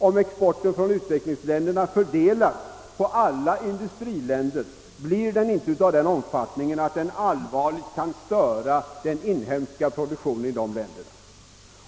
Om exporten från utvecklingsländerna fördelas på alla industriländer, blir den inte av sådan omfattning att den allvarligt kan störa den inhemska produktionen i dessa länder.